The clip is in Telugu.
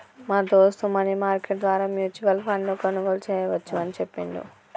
మా దోస్త్ మనీ మార్కెట్ ద్వారా మ్యూచువల్ ఫండ్ ను కొనుగోలు చేయవచ్చు అని చెప్పిండు